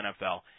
NFL